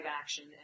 action